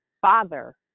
father